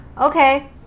okay